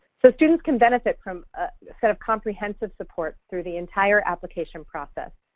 so, students can benefit from a set of comprehensive supports through the entire application process.